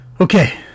Okay